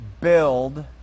build